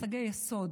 מושגי יסוד,